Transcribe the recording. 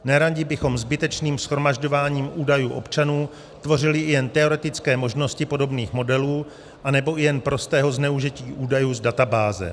Neradi bychom zbytečným shromažďováním údajů občanů tvořili i jen teoretické možnosti podobných modelů, anebo i jen prostého zneužití údajů z databáze.